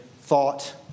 thought